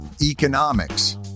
economics